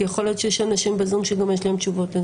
כי יכול להיות שיש אנשים בזום שגם יש להם תשובות לזה.